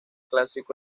clásico